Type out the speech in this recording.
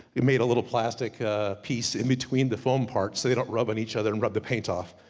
we made a little plastic piece in-between the foam parts, so they don't rub on each other and rub the paint off.